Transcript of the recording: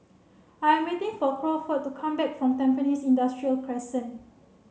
I'm waiting for Crawford to come back from Tampines Industrial Crescent